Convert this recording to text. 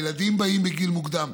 הילדים באים בגיל מוקדם,